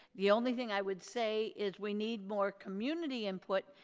the only thing i would say is we need more community input.